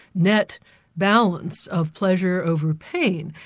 net balance of pleasure over pain.